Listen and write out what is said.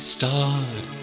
Start